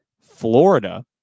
Florida